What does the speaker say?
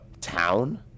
town